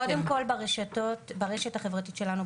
קודם כל ברשת החברתית שלנו,